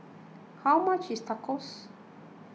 how much is Tacos